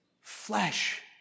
Flesh